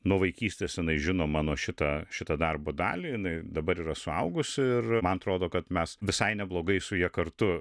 nuo vaikystės jinai žino mano šitą šitą darbo dalį jinai dabar yra suaugusi ir man atrodo kad mes visai neblogai su ja kartu